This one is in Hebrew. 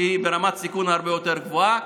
שהיא ברמת סיכון הרבה יותר גבוהה,